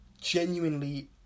genuinely